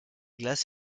glaces